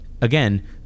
again